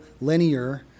linear